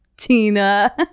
Tina